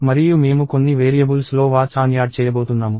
మరియు మేము కొన్ని వేరియబుల్స్లో వాచ్ ఆన్ యాడ్ చేయబోతున్నాము